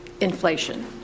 inflation